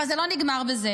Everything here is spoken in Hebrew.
אבל זה לא נגמר בזה.